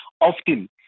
often